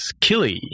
Killy